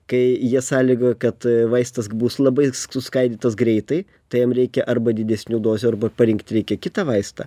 kai jie sąlygoja kad vaistas bus labai suskaidytas greitai tai jam reikia arba didesnių dozių arba parinkt reikia kitą vaistą